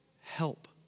help